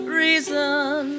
reason